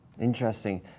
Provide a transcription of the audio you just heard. Interesting